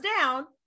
down